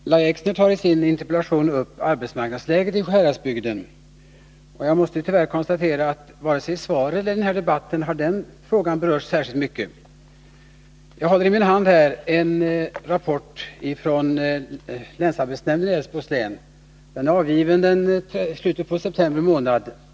Herr talman! Lahja Exner tar i sin interpellation upp arbetsmarknadsläget i Sjuhäradsbygden. Jag måste tyvärr konstatera att varken i svaret eller i den här debatten har den frågan berörts särskilt mycket. Jag har i min hand en rapport från länsarbetsnämnden i Älvsborgs län. Den är avgiven i slutet av september månad.